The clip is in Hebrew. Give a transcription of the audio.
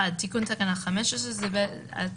תיקון תקנה 15 בתקנות